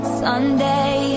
sunday